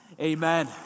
amen